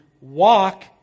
walk